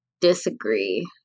disagree